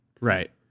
Right